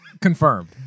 Confirmed